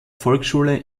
volksschule